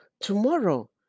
tomorrow